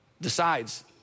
decides